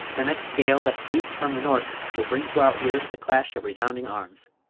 the next gale that sweeps from the north will bring to our ears the clash of resounding arms!